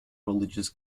religious